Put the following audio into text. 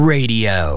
Radio